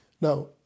Now